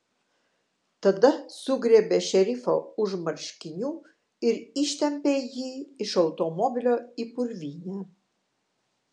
tada sugriebė šerifą už marškinių ir ištempė jį iš automobilio į purvynę